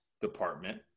department